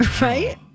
Right